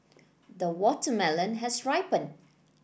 the watermelon has ripened